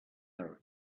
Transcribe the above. are